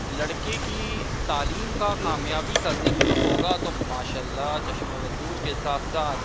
لڑکے کی تعلیم کا کامیابی کا ذکر ہوگا تو ماشاء اللہ چشم بددور کے ساتھ ساتھ